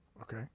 okay